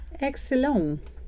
Excellent